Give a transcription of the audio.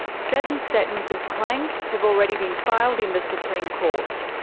seven statements of claim have already been filed in the supreme court.